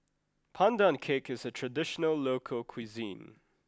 Pandan Cake is a traditional local cuisine